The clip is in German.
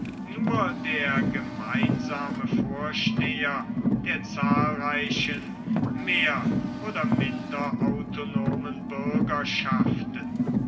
nur der gemeinsame vorsteher der zahlreichen mehr oder minder autonomen bürgerschaften